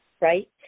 right